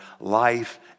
life